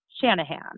Shanahan